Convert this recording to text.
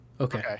Okay